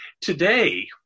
Today